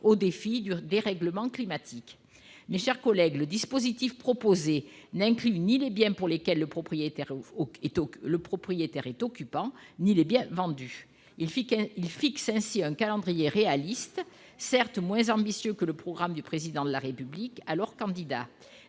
aux défis du dérèglement climatique. Mes chers collègues, le dispositif proposé n'inclut ni les biens pour lesquels le propriétaire est occupant ni les biens vendus. Il fixe ainsi un calendrier réaliste, certes moins ambitieux que le programme du Président de la République alors candidat